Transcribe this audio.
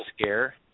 scare